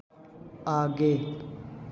आगे